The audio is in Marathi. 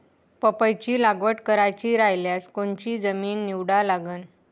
पपईची लागवड करायची रायल्यास कोनची जमीन निवडा लागन?